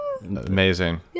amazing